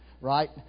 right